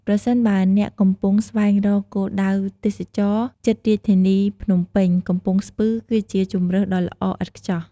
ប្រសិនបើអ្នកកំពុងស្វែងរកគោលដៅទេសចរណ៍ជិតរាជធានីភ្នំពេញ កំពង់ស្ពឺគឺជាជម្រើសដ៏ល្អឥតខ្ចោះ។